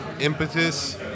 impetus